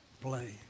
play